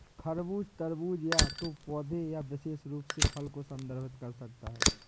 खरबूज, तरबूज या तो पौधे या विशेष रूप से फल को संदर्भित कर सकता है